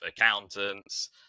accountants